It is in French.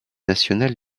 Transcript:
nationale